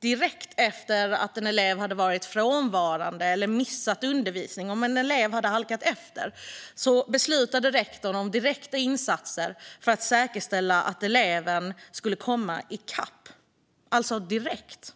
direkt efter att en elev hade varit frånvarande eller missat undervisning. Om en elev hade halkat efter beslutade rektorn om direkta insatser för att säkerställa att eleven skulle komma i kapp direkt.